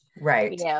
right